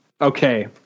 Okay